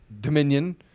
Dominion